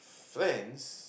friends